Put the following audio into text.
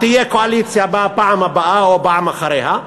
תהיה קואליציה בפעם הבאה או פעם אחריה,